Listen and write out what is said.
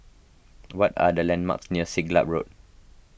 what are the landmarks near Siglap Road